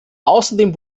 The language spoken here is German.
außerdem